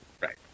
Right